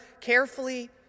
carefully